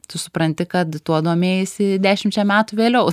tu supranti kad tuo domėjaisi dešimčia metų vėliau